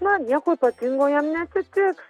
na nieko ypatingo jam neatsitiks